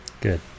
Good